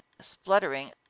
spluttering